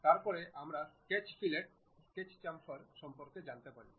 তারপরে আমরা sketch fillet sketch chamfer সম্পর্কে জানতে পারি